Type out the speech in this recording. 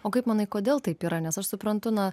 o kaip manai kodėl taip yra nes aš suprantu na